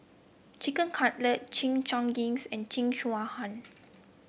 Chicken Cutlet Chimichangas and Jingisukan